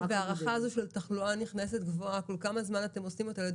ההערכה הזו של תחלואה נכנסת גבוהה כל כמה זמן אתם עושים אותה?